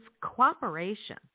cooperation